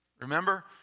Remember